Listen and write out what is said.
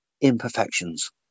imperfections